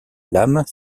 lames